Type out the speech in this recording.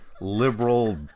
liberal